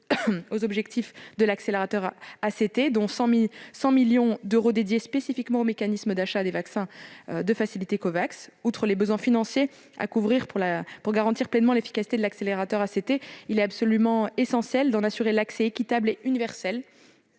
560 millions d'euros, dont 100 millions d'euros dédiés spécifiquement au mécanisme d'achat de vaccins de la Facilité Covax. Outre les besoins financiers à couvrir pour garantir la pleine efficacité de l'accélérateur ACT, il est absolument essentiel de s'assurer que l'accès équitable et universel